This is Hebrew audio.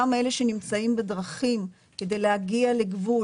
גם אתה שנמצאים בדרכים כדי להגיע לגבול